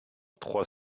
trois